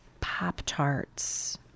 Pop-Tarts